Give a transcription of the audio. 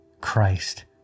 Christ